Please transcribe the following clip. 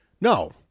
no